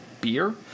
beer